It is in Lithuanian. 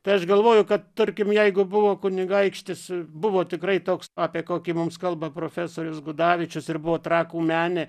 tai aš galvoju kad tarkim jeigu buvo kunigaikštis buvo tikrai toks apie kokį mums kalba profesorius gudavičius ir buvo trakų menė